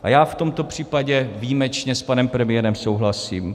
A já v tomto případě výjimečně s panem premiérem souhlasím.